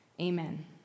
Amen